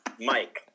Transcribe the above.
Mike